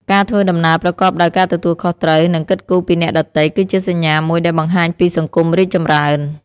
ការធ្វើដំណើរប្រកបដោយការទទួលខុសត្រូវ និងគិតគូរពីអ្នកដទៃគឺជាសញ្ញាមួយដែលបង្ហាញពីសង្គមរីកចម្រើន។